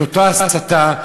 את אותה ההסתה,